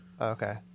Okay